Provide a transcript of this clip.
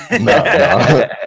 No